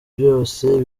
byose